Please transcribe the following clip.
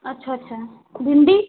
अच्छा अच्छा भिन्डी